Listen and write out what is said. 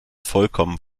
vollkommen